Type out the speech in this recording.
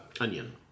onion